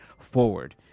forward